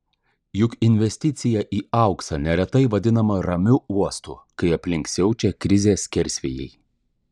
juk investicija į auksą neretai vadinama ramiu uostu kai aplink siaučia krizės skersvėjai